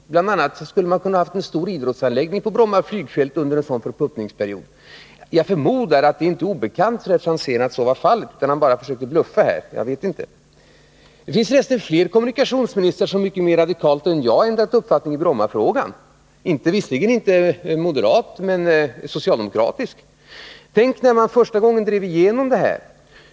Bl. a. kunde man ha haft en stor idrottsanläggning på Bromma flygfält under en sådan förpuppningsperiod. Jag förmodar att det inte är obekant för herr Franzén att så var fallet och att han bara försökte bluffa här — jag vet inte. Det finns för resten kommunikationsministrar som mycket mer radikalt än jag ändrat uppfattningi Brommafrågan -— visserligen inte en moderat minister men en socialdemokratisk. Tänk när man första gången drev igenom det här!